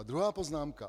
Druhá poznámka.